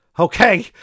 Okay